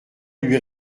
lui